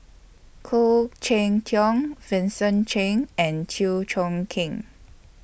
Khoo Cheng Tiong Vincent Cheng and Chew Chong Keng